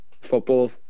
football